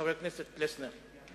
חבר הכנסת פלסנר,